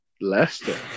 Leicester